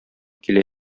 килә